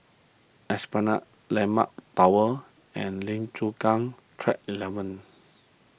Esplanade Landmark Tower and Lim Chu Kang Track eleven